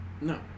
No